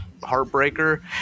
heartbreaker